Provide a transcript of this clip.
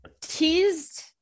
teased